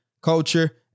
culture